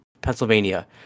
Pennsylvania